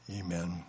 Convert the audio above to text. Amen